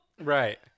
right